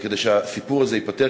כדי שהסיפור הזה ייפתר?